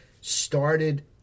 started